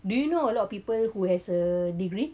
do you know a lot of people who has a degree